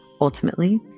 Ultimately